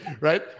right